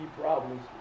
problems